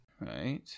Right